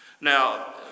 Now